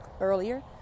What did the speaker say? earlier